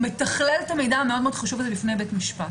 --- מתכלל את המידע המאוד מאוד חשוב הזה בפני בית משפט.